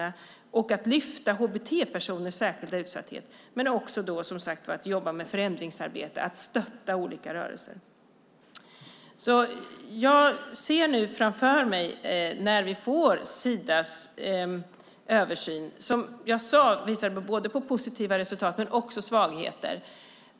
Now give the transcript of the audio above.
Det handlar om att lyfta upp hbt-personers särskilda utsatthet och förändringsarbete för att stötta olika rörelser. Jag ser nu fram emot att få Sidas översyn, som visar på positiva resultat och svagheter.